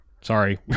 Sorry